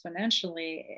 exponentially